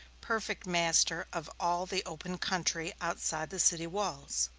perfect master of all the open country outside the city walls.